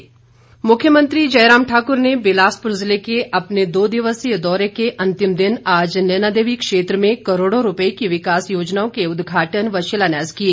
मुख्यमंत्री मुख्यमंत्री जयराम ठाकुर ने बिलासपुर जिले के अपने दो दिवसीय दौरे के अंतिम दिन आज नैनादेवी क्षेत्र में करोड़ों रूपए की विकास योजनाओं के उदघाटन व शिलान्यास किए